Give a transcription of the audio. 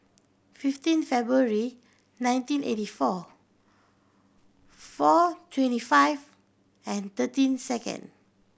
fifteen February nineteen eighty four four twenty five and thirteen second